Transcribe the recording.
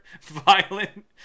violent